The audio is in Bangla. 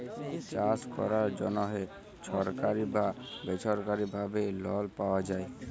চাষ ক্যরার জ্যনহে ছরকারি বা বেছরকারি ভাবে লল পাউয়া যায়